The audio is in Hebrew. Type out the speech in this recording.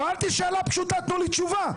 שאלתי שאלה פשוטה, תנו לי תשובה.